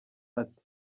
ati